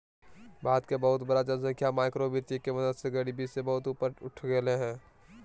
भारत के बहुत बड़ा जनसँख्या माइक्रो वितीय के मदद से गरिबी से बहुत ऊपर उठ गेलय हें